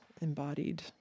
embodied